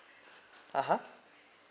(uh huh)